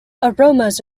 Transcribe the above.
aromas